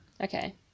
Okay